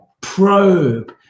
probe